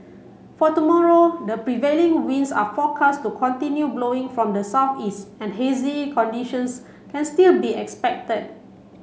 for tomorrow the prevailing winds are forecast to continue blowing from the southeast and hazy conditions can still be expected